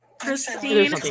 Christine